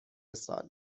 سال